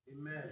Amen